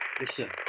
Listen